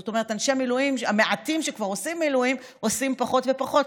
זאת אומרת: אנשי המילואים המעטים שכבר עושים מילואים עושים פחות ופחות,